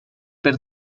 per